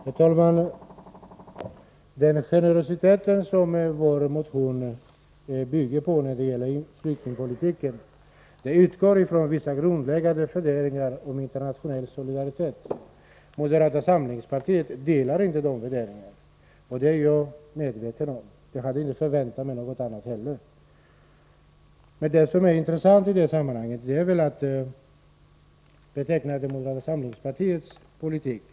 Herr talman! Den generositet som vår motion bygger på när det gäller flyktingpolitiken utgår från vissa grundläggande funderingar om internationell solidaritet. Moderata samlingspartiet delar inte dessa tankar, och det är jag medveten om. Jag hade inte förväntat mig något annat heller. Men det som är intressant i sammanhanget är väl vad som betecknar moderata samlingspartiets politik.